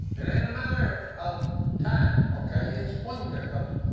it ain't a matter of time, okay? it's when they're coming.